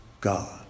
God